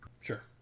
Sure